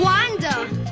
Wanda